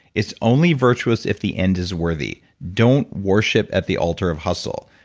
it's only virtuous if the end is worthy. don't worship at the altar of hustle.